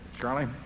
Charlie